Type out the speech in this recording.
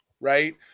right